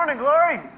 and glory.